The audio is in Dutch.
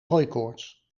hooikoorts